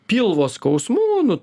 pilvo skausmų nu